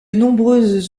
nombreuses